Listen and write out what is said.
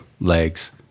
legs